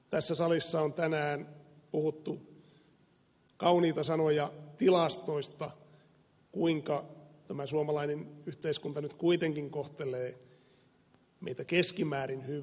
tässä salissa on tänään puhuttu kauniita sanoja tilastoista kuinka tämä suomalainen yhteiskunta nyt kuitenkin kohtelee meitä keskimäärin hyvin